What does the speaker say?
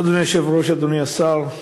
אדוני היושב-ראש, אדוני השר,